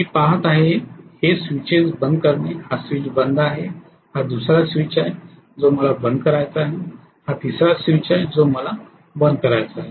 मी पहात आहे हे स्विचेस बंद करणे हा स्विच बंद आहे हा दुसरा स्विच आहे जो मला बंद करायचा आहे हा तिसरा स्विच आहे जो मला बंद करायचा आहे